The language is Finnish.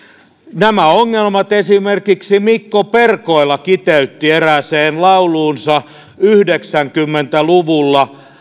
nämä ongelmat esimerkiksi mikko perkoila kiteytti erääseen lauluunsa yhdeksänkymmentä luvulla